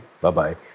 Bye-bye